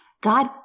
God